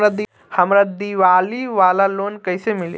हमरा दीवाली वाला लोन कईसे मिली?